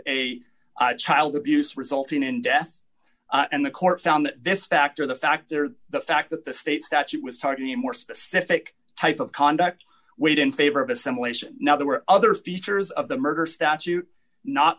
a child abuse resulting in death and the court found that this factor the factor the fact that the state statute was talking a more specific type of conduct weight in favor of assimilation now there were other features of the murder statute not